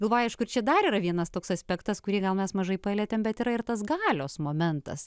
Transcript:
galvoju aišku čia dar yra vienas toks aspektas kurį gal mes mažai palietėm bet yra ir tas galios momentas